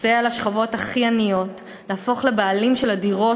לסייע לשכבות הכי עניות להפוך לבעלים של הדירות